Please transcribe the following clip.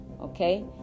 Okay